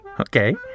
Okay